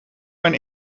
mijn